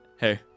hey